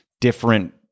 different